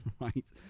right